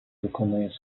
виконує